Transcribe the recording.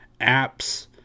apps